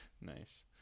Nice